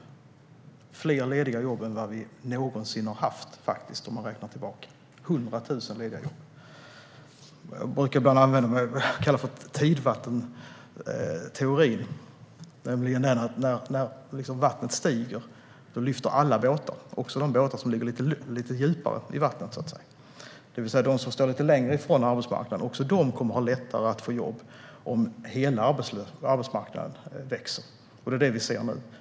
Det är fler lediga jobb än vi någonsin har haft, om vi ser tillbaka. Jag brukar ibland använda mig av något jag kallar tidvattenteorin. När vattnet stiger lyfter alla båtar, också de båtar som ligger lite djupare i vattnet. Det vill säga: Också de som står lite längre från arbetsmarknaden kommer att ha lättare att få jobb om hela arbetsmarknaden växer. Det är detta vi ser nu.